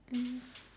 um